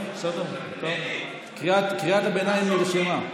קריאת הביניים נרשמה.